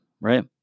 Right